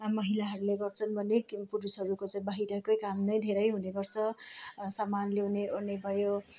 महिलाहरूले गर्छन् भने पुरुषहरूको चाहिँ बाहिरकै काम नै धेरै हुनेगर्छ सामान ल्याउनेओर्ने भयो